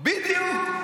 בדיוק.